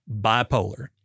bipolar